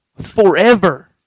Forever